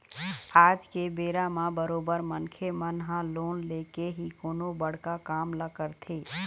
आज के बेरा म बरोबर मनखे मन ह लोन लेके ही कोनो बड़का काम ल करथे